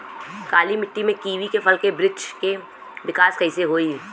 काली मिट्टी में कीवी के फल के बृछ के विकास कइसे होई?